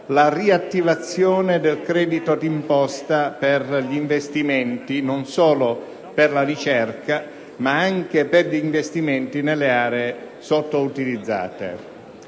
la riattivazione del credito di imposta per gli investimenti, non solo per la ricerca ma anche nelle aree sottoutilizzate.